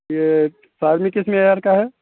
یہ فارمی کس معیار کا ہے